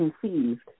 conceived